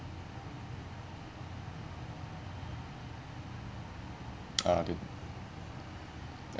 ah the